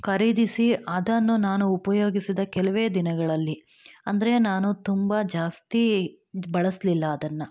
ಖರೀದಿಸಿ ಅದನ್ನು ನಾನು ಉಪಯೋಗಿಸಿದ ಕೆಲವೇ ದಿನಗಳಲ್ಲಿ ಅಂದರೆ ನಾನು ತುಂಬ ಜಾಸ್ತಿ ಇದು ಬಳಸಲಿಲ್ಲ ಅದನ್ನು